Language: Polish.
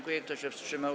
Kto się wstrzymał?